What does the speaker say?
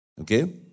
Okay